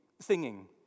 singing